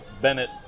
Bennett